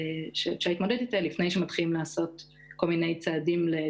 שאפשר להתמודד איתה לפני שמתחילים לעשות כל מיני צעדים לכיוון